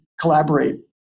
collaborate